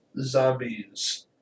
zombies